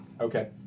Okay